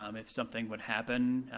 um if something would happen,